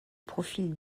profil